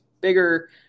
bigger